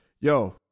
Yo